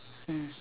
mm